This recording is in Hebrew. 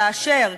כאשר,